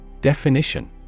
Definition